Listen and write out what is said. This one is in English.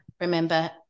remember